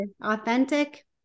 Authentic